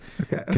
Okay